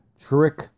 trick